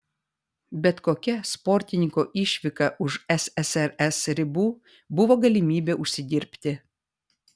bet kokia sportininko išvyka už ssrs ribų buvo galimybė užsidirbti